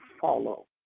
follow